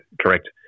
Correct